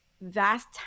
vast